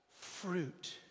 fruit